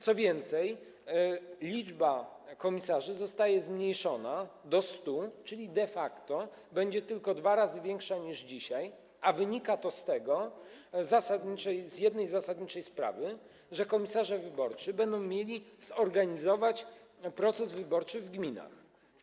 Co więcej, liczba komisarzy zostaje zmniejszona do 100, czyli de facto będzie tylko dwa razy większa niż dzisiaj, a wynika to z jednej zasadniczej sprawy, z tego, że komisarze wyborczy będą mieli zorganizować proces wyborczy w gminach.